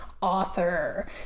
author